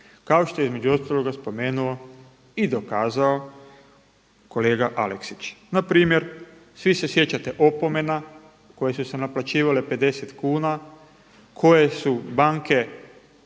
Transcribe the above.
kao što je između ostaloga spomenuo i dokazao kolega Aleksić. Na primjer svi se sjećate opomena koje su se naplaćivale 50 kuna koje su banke